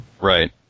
Right